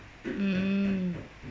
mm